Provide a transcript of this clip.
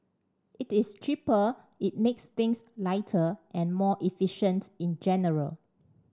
it is cheaper it makes things lighter and more efficient in general